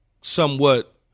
somewhat